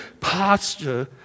posture